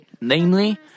Namely